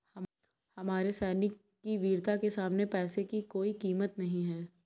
हमारे सैनिक की वीरता के सामने पैसे की कोई कीमत नही है